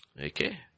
Okay